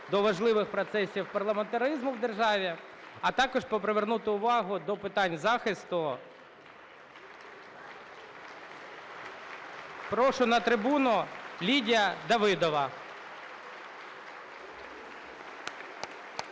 до важливих процесів парламентаризму в державі, а також привернути увагу до питань захисту. Прошу на трибуну, Лідія Давидова.